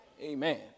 amen